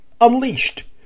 Unleashed